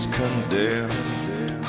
condemned